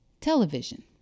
television